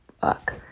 fuck